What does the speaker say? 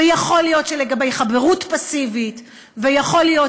ויכול להיות שלגבי חברות פסיבית ויכול להיות